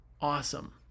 awesome